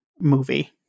movie